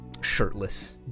shirtless